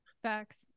Facts